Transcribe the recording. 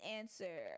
answer